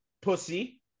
pussy